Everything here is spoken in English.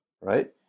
right